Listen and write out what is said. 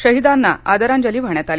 शहिदांना आदरांजली वाहण्यात आली